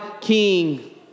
king